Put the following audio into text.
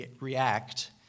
react